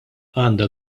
għandha